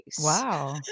Wow